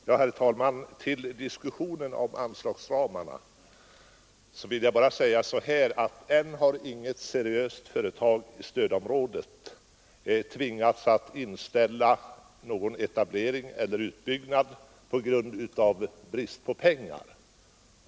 Herr talman! Till diskussionen om anslagsramarna vill jag bara säga att än har inget seriöst företag i stödområdet tvingats att inställa någon etablering eller utbyggnad av brist på pengar.